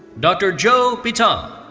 dr. jo bito.